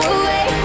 away